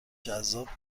جذاب